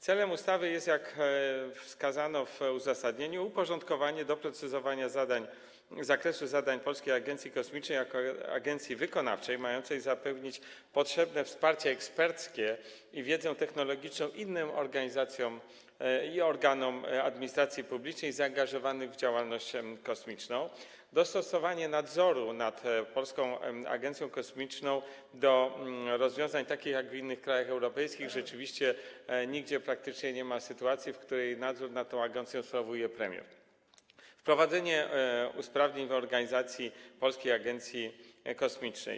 Celem ustawy jest, jak wskazano w uzasadnieniu, uporządkowanie, doprecyzowanie zakresu zadań Polskiej Agencji Kosmicznej jako agencji wykonawczej mającej zapewnić potrzebne wsparcie eksperckie i wiedzę technologiczną innym organizacjom i organom administracji publicznej zaangażowanym w działalność kosmiczną, dostosowanie nadzoru nad Polską Agencją Kosmiczną do takich rozwiązań, jak w innych krajach europejskich - rzeczywiście nigdzie praktycznie nie ma sytuacji, w której nadzór nad tą agencją sprawuje premier, wprowadzenie usprawnień w organizacji Polskiej Agencji Kosmicznej.